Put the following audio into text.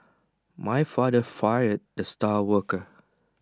my father fired the star worker